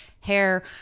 hair